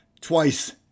twice